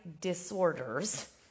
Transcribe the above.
disorders